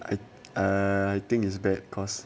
I err I think is bad cause